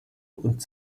und